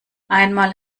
einmal